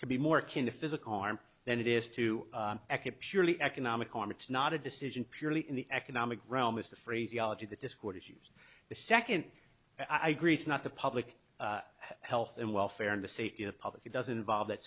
can be more can the physical harm than it is to purely economic harm it's not a decision purely in the economic realm is the phraseology the dischord issues the second i agree it's not the public health and welfare and the safety of public it doesn't involve that